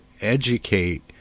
educate